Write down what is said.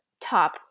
top